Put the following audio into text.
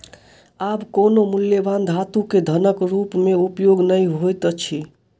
आब कोनो मूल्यवान धातु के धनक रूप में उपयोग नै होइत अछि